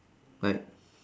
like